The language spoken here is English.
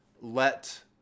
let